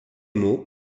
mots